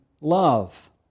love